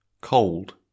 Cold